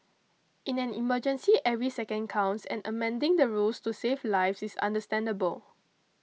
in an emergency every second counts and amending the rules to save lives is understandable